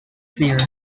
clear